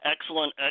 excellent